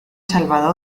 salvado